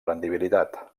rendibilitat